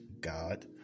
god